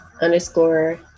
underscore